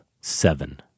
seven